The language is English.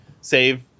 save